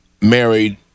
married